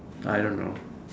I don't know